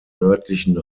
nördlichen